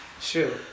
shoot